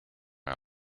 our